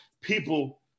people